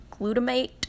glutamate